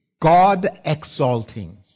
God-exalting